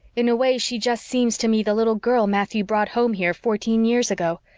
in a way she just seems to me the little girl matthew brought home here fourteen years ago.